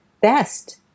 best